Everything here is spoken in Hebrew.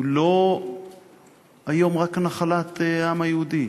הוא היום לא רק נחלת העם היהודי,